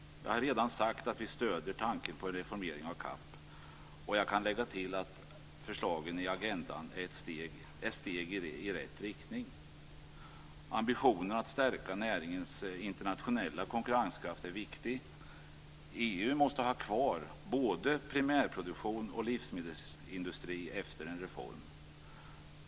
Jag har redan sagt att vi stöder tanken på en reformering av CAP, och jag kan tillägga att förslagen i Agendan är steg i rätt riktning. Ambitionen att stärka näringens internationella konkurrenskraft är viktig. EU måste ha kvar både primärproduktion och livsmedelsindustri efter en reform.